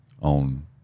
on